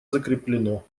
закреплено